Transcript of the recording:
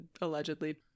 allegedly